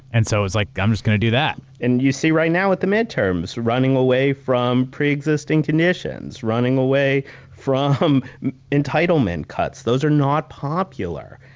and so it was like, i'm just going to do that. and you see right now, with the midterms, running away from pre-existing conditions. running away from entitlement cuts. those are not popular,